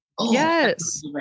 Yes